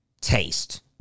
taste